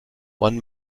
one